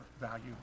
value